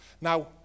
Now